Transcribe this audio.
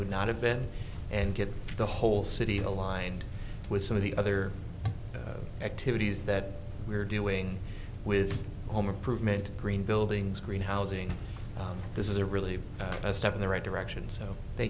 would not have been and get the whole city aligned with some of the other activities that we're doing with home improvement green buildings green housing this is a really a step in the right direction so th